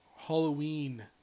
Halloween